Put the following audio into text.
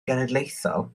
genedlaethol